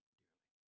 dearly